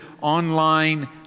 online